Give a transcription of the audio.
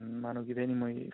mano gyvenimui